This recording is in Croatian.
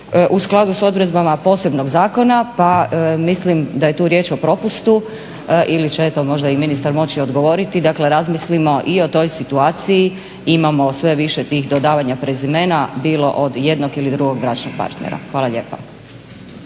u skladu sa odredbama posebnog zakona pa mislim da je tu riječ o propustu ili će eto možda i ministar moći odgovoriti. Dakle, razmislimo i o toj situaciji. Imamo sve više tih dodavanja prezimena bilo od jednog ili drugog bračnog partnera. Hvala lijepa.